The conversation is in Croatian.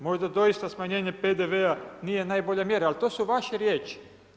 Možda doista smanjenje PDV-a nije najbolja mjera, ali to su vaše riječi.